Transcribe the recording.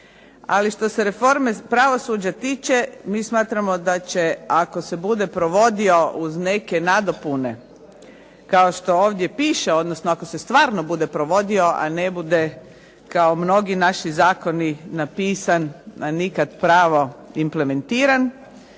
ali što se reforme pravosuđa tiče mi smatramo da će, ako se bude provodio uz neke nadopune kao što ovdje piše, odnosno ako stvarno bude provodio, a ne bude kao mnogi naši zakoni napisan a nikad pravo implementiran,